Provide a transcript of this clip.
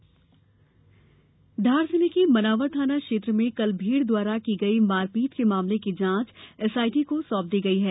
धार कार्यवाही धार जिले के मनावर थाना क्षेत्र में कल भीड़ द्वारा की गई मारपीट के मामले की जांच एसआईटी को सौंप दी गई है